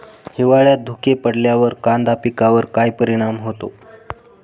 हिवाळ्यात धुके पडल्यावर कांदा पिकावर काय परिणाम होतो?